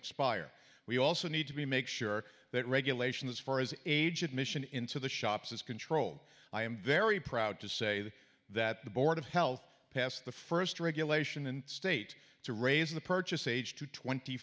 expire we also need to be make sure that regulation as far as age admission into the shops is controlled i am very proud to say that the board of health passed the first regulation in state to raise the purchase age to twenty